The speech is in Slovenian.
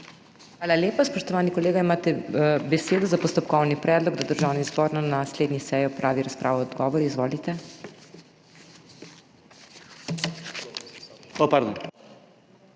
Hvala lepa. Spoštovani kolega, imate besedo za postopkovni predlog, da Državni zbor na naslednji seji opravi razpravo o odgovoru. Izvolite.